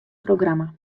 programma